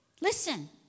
listen